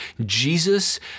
Jesus